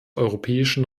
europäischen